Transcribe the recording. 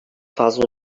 fazla